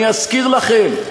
אני אזכיר לכם: